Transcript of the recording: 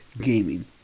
gaming